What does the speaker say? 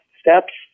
steps